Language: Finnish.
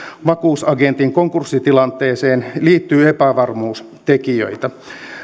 vakuusagentin konkurssitilanteeseen liittyy epävarmuustekijöitä